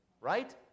Right